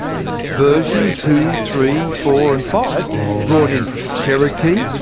versions two, three, four and five brought in cherokee,